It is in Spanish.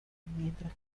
mientras